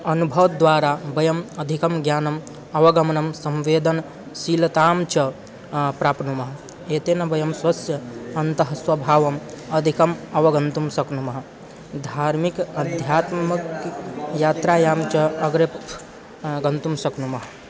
अनुभवद्वारा वयम् अधिकं ज्ञानम् अवगमनं संवेदनशीलतां च प्राप्नुमः एतेन वयं स्वस्य अन्तः स्वभावम् अधिकम् अवगन्तुं शक्नुमः धार्मिक अध्यात्मिकयात्रायां च अग्रे गन्तुं शक्नुमः